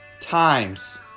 times